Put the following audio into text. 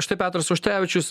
štai petras auštrevičius